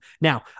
Now